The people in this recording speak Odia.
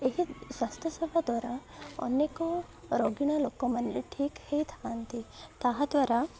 ଏହି ସ୍ୱାସ୍ଥ୍ୟ ସେବା ଦ୍ୱାରା ଅନେକ ରୋଗୀଣା ଲୋକମାନେ ଠିକ୍ ହେଇଥାନ୍ତି ତାହାଦ୍ୱାରା